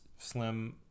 Slim